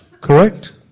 correct